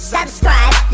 Subscribe